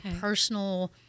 personal